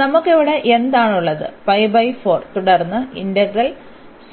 നമുക്ക് ഇവിടെ എന്താണ് ഉള്ളത് തുടർന്ന് ഇന്റഗ്രൽ